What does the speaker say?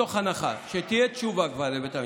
מתוך הנחה שכבר תהיה תשובה לבית המשפט.